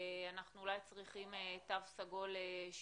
אנחנו אולי צריכים תו סגול שונה,